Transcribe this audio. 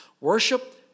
Worship